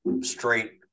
straight